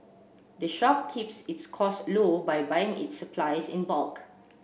the shop keeps its costs low by buying its supplies in bulk